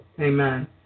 Amen